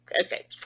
Okay